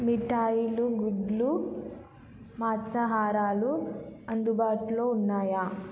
మిఠాయిలు గుడ్లు మత్స్యాహారాలు అందుబాటులో ఉన్నాయా